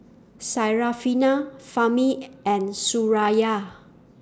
Syarafina Fahmi and Suraya